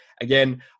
again